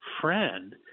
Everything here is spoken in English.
friend